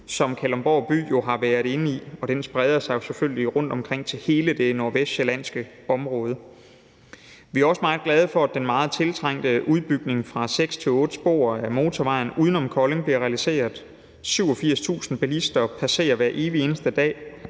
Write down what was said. som Kalundborg by jo har været inde i, og den spreder sig selvfølgelig rundtomkring til hele det nordvestsjællandske område. Vi er også meget glade for, at den meget tiltrængte udbygning fra seks til otte spor af motorvejen uden om Kolding bliver realiseret. 87.000 bilister passerer hver evig eneste dag